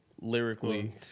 lyrically